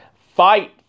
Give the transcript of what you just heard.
fight